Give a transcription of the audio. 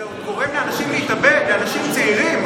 זה גורם לאנשים להתאבד, לאנשים צעירים.